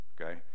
Okay